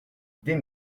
des